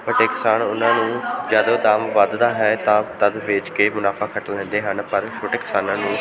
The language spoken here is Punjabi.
ਵੱਡੇ ਕਿਸਾਨ ਉਹਨਾਂ ਨੂੰ ਜਦੋਂ ਦਾਮ ਵਧਦਾ ਹੈ ਤਾਂ ਤਦ ਵੇਚ ਕੇ ਮੁਨਾਫਾ ਖੱਟ ਲੈਂਦੇ ਹਨ ਪਰ ਛੋਟੇ ਕਿਸਾਨਾਂ ਨੂੰ